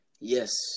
Yes